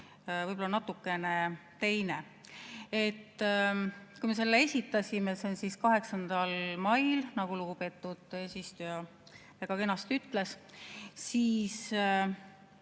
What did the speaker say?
võib-olla natukene teine. Kui me selle esitasime 8. mail, nagu lugupeetud eesistuja väga kenasti ütles, siis